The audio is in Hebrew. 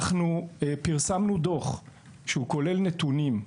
אנחנו פרסמנו דו"ח, שכולל נתונים,